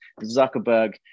Zuckerberg